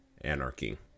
anarchy